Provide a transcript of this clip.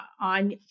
on